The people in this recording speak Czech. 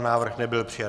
Návrh nebyl přijat.